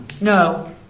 No